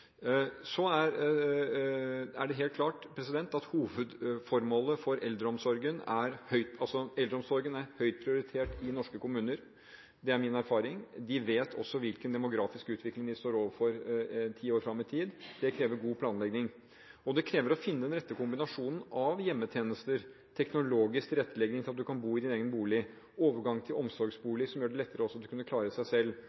Eldreomsorgen er høyt prioritert i norske kommuner – det er min erfaring. De vet også hvilken demografisk utvikling vi står overfor ti år fram i tid. Det krever god planlegging, og det krever å finne den rette kombinasjonen av hjemmetjenester, teknologisk tilrettelegging, slik at man kan bo i ens egen bolig, overgang til omsorgsbolig som også gjør det lettere å kunne klare seg selv,